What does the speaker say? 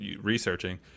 researching